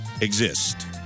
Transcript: exist